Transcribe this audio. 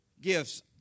gifts